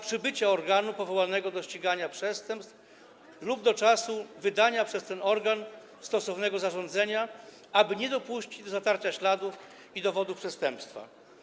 przybycia organu powołanego do ścigania przestępstw lub do czasu wydania przez ten organ stosownego zarządzenia, aby nie dopuścić do zatarcia śladów i dowodów przestępstwa.